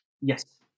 Yes